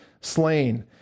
slain